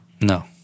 No